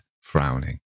frowning